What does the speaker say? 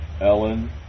Ellen